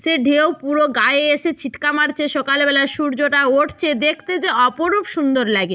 সে ঢেউ পুরো গায় এসে ছিটে মারছে সকালবেলা সূর্যটা ওঠছে দেখতে যে অপরূপ সুন্দর লাগে